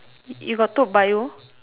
you got took Bio